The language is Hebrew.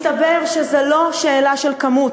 מסתבר שזה לא שאלה של כמות,